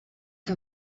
que